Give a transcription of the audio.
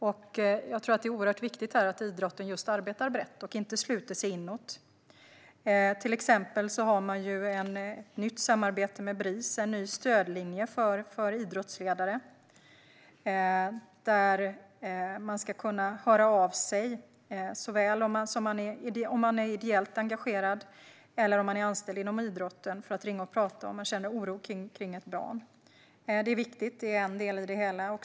Det är oerhört viktigt att idrotten arbetar brett och inte sluter sig inåt. Till exempel finns ett nytt samarbete med Bris med en ny stödlinje för idrottsledare. Ideellt engagerade och anställda ledare inom idrotten ska kunna ringa om de är oroade för ett barn. Det är en viktig del i det hela.